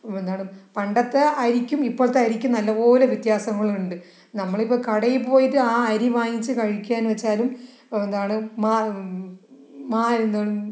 പണ്ടത്തെ അരിക്കും ഇപ്പോഴത്തെ അരിക്കും നല്ലപോലെ വ്യത്യാസങ്ങളുണ്ട് നമ്മളിപ്പോൾ കടയിൽ പോയിട്ട് ആ അരി വാങ്ങിച്ചു കഴിക്കുകയാണ് വെച്ചാലും ഇപ്പോൾ എന്താണ്